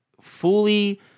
fully